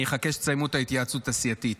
אני אחכה שתסיימו את ההתייעצות הסיעתית.